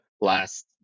last